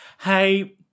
Hey